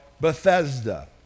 Bethesda